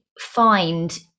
find